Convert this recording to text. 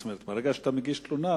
ברגע שאתה מגיש תלונה,